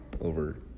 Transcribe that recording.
over